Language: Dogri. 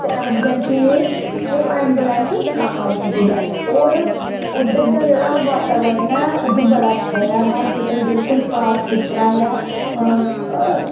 ते ऐमंरजैंसी च ओह् ऐमवुलेंस कम्म आई जंदी ऐ और उद्धर दा जेहड़ा बाताबरण ऐ बड़ा अच्छा ऐ हाॅस्पिटल बिल्कुल साफ सुथरा ऐ